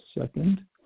second